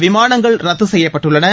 விமானங்கள் ரத்து செய்யப்பட்டுள்ளன